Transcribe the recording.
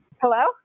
Hello